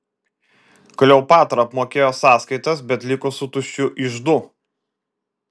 kleopatra apmokėjo sąskaitas bet liko su tuščiu iždu